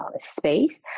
space